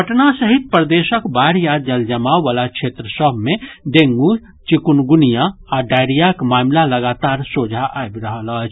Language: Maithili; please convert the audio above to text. पटना सहित प्रदेशक बाढ़ि आ जल जमाव वला क्षेत्र सभ मे डेंगू चिकुनगुनिया आ डायरियाक मामिला लगातार सोझा आबि रहल अछि